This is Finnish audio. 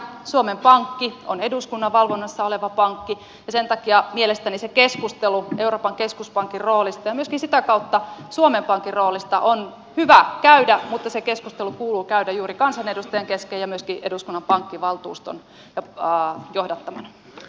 suomen pankki on eduskunnan valvonnassa oleva pankki ja sen takia mielestäni se keskustelu euroopan keskuspankin roolista ja myöskin sitä kautta suomen pankin roolista on hyvä käydä mutta se keskustelu kuuluu käydä juuri kansanedustajien kesken ja myöskin eduskunnan pankkivaltuuston johdattamana